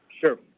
Sure